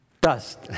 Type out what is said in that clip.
dust